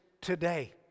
today